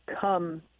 come